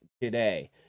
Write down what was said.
today